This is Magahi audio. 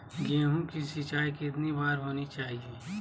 गेहु की सिंचाई कितनी बार होनी चाहिए?